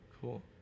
Cool